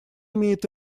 имеет